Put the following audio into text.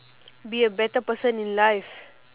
be a better person in life